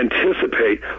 anticipate